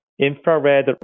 infrared